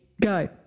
Go